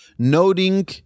Noting